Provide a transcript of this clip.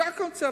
זאת הקונספציה.